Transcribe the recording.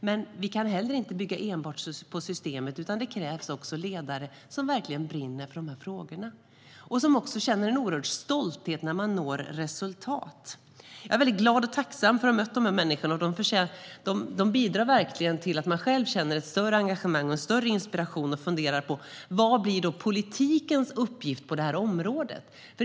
Men vi kan heller inte bygga enbart på systemet, utan det krävs också ledare som verkligen brinner för de här frågorna och som känner en oerhörd stolthet när man når resultat. Jag är glad och tacksam för just de människorna. De bidrar verkligen till att man själv känner ett större engagemang och en större inspiration och funderar över vad som blir politikens uppgift på det här området.